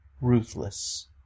ruthless